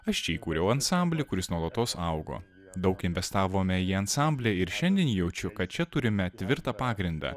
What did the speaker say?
aš čia įkūriau ansamblį kuris nuolatos augo daug investavome į ansamblį ir šiandien jaučiu kad čia turime tvirtą pagrindą